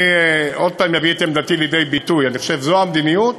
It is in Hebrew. אני עוד פעם אביא את עמדתי לידי ביטוי: אני חושב שזו המדיניות,